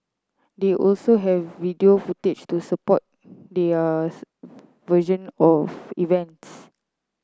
they also have video footage to support theirs version of events